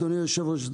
אדוני יושב הראש,